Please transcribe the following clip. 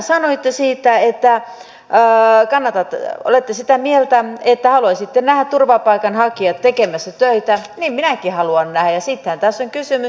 kun loppujen lopuksi tehän sanoitte että olette sitä mieltä että haluaisitte nähdä turvapaikanhakijat tekemässä töitä ja niin minäkin haluan nähdä ja siitähän tässä on kysymys